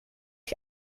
ich